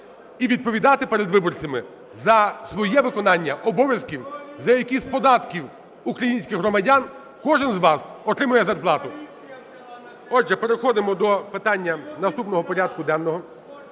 і відповідати перед виборцями за своє виконання обов'язків, за які з податків українських громадян кожен з вас отримує зарплату. Отже, переходимо до питання наступного порядку денного.